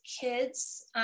kids